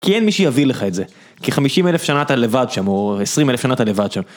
כי אין מי שיביא לך את זה, כי 50 אלף שנה אתה לבד שם, או 20 אלף שנה אתה לבד שם.